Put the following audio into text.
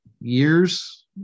years